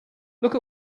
look